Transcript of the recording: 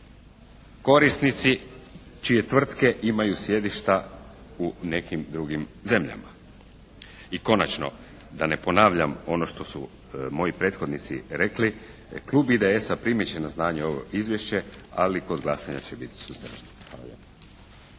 korisnici čije tvrtke imaju sjedišta u nekim drugim zemljama. I konačno, da ne ponavljam ono što su moji prethodnici rekli klub IDS-a primit će na znanje ovo izvješće, ali kod glasanja će biti suzdržan.